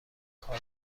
کار